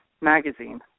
Magazine